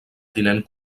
tinent